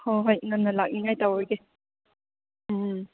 ꯍꯣꯏ ꯍꯣꯏ ꯉꯟꯅ ꯂꯥꯛꯅꯤꯡꯉꯥꯏ ꯇꯧꯔꯒꯦ ꯎꯝ